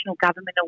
government